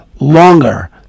longer